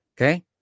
Okay